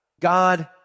God